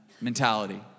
mentality